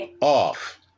off